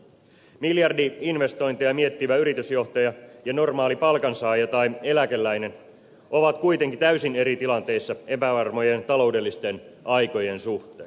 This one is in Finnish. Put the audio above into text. miljardi investointeja miettivä yritysjohtaja ja normaali palkansaaja tai eläkeläinen ovat kuitenkin täysin eri tilanteissa epävarmojen taloudellisten aikojen suhteen